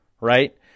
right